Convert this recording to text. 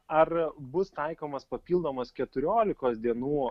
ar bus taikomas papildomas keturiolikos dienų